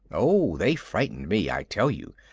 oh, they frightened me, i tell you,